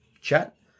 chat